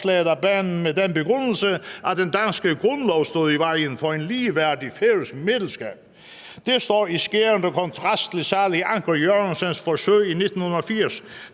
forslaget af banen med den begrundelse, at den danske grundlov stod i vejen for et ligeværdigt færøsk medlemskab. Det står i skærende kontrast til salig Anker Jørgensens forsøg i 1980,